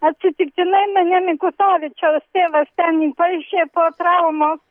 atsitiktinai mane mikutavičiaus tėvas ten įpaišė po traumos